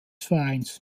vereins